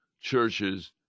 churches